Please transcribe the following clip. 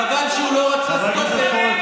חבל שהוא לא רצה, אבל הוא לא היה בהתנתקות.